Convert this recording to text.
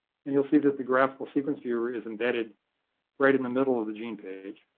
and you'll see that the graphical sequence viewer is embedded right in the middle of the gene page.